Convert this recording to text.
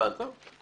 הבנתי.